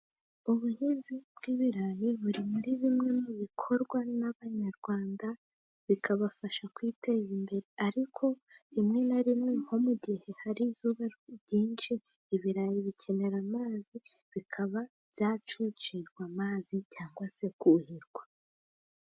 Ubuhinzi bw'ibirayi, buri muri bimwe mu bikorwa n'abanyarwanda, bikabafasha kwiteza imbere, ariko rimwe na rimwe nko mu gihe hari izuba ryinshi, ibirayi bikenera amazi bikaba byacucirwa amazi, cyangwa se bikuhirwa.